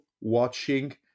watching